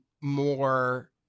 more